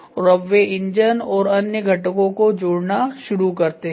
और अब वे इंजन और अन्य घटकों को जोड़ना शुरु करते हैं